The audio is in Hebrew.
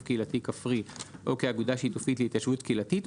קהילתי כפרי או כאגודה שיתופית להתיישבות קהילתית,